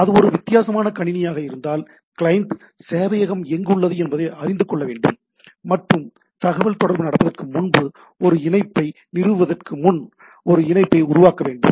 எனவே அது ஒரு வித்தியாசமான கணினி ஆக இருந்தால் கிளையன்ட் சேவையகம் எங்குள்ளது என்பதை அறிந்து கொள்ள வேண்டும் மற்றும் தகவல்தொடர்பு நடப்பதற்கு முன்பு ஒரு இணைப்பை நிறுவுவதற்கு முன் ஒரு இணைப்பை உருவாக்க வேண்டும்